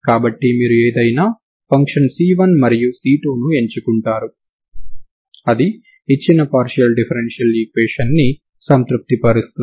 కాబట్టి మీరు ఏదైనా ఫంక్షన్ C1 మరియు C2ని ఎంచుకుంటారు అది ఇచ్చిన పార్షియల్ డిఫరెన్షియల్ ఈక్వేషన్ ని సంతృప్తిపరుస్తుంది